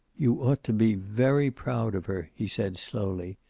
you ought to be very proud of her, he said slowly.